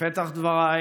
בפתח דבריי